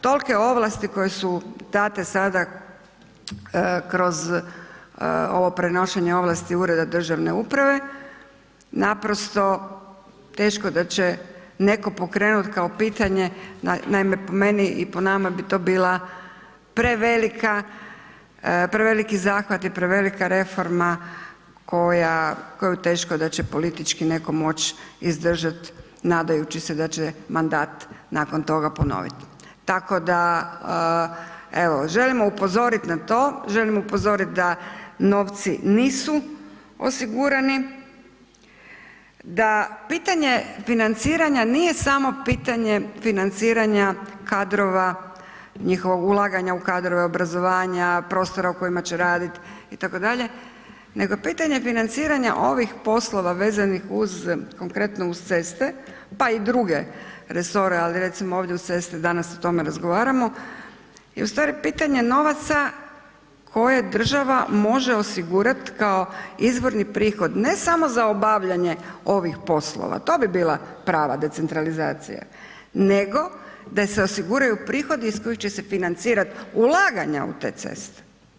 Tolike ovlasti koje su date sada kroz ovo prenošenje ovlasti ureda državne uprave, naprosto teško da će netko pokrenuti kao pitanje, naime po meni i po nama bi to bili preveliki zahvat i prevelika reforma koju teško da će politički netko moć izdržat nadajući se da će mandat nakon toga ponoviti tako da evo, želimo upozorit na to, želimo upozorit da novci nisu osigurani, da pitanje financiranja nije samo pitanje financiranja kadrova njihovog ulaganja u kadrove obrazovanja, prostora u kojima će radit itd., nego pitanje financiranja ovih poslova vezanih konkretno uz ceste pa i druge resore ali recimo ovdje uz ceste danas o tome razgovaramo i ustvari pitanje novaca koje država može osigurat kao izvorni prihod ne samo za obavljanje ovih poslova, to bi bila prava decentralizacija, nego da se osiguraju prohodi iz kojih će se financirat ulaganja u te ceste.